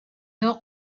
doch